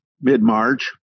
mid-march